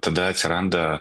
tada atsiranda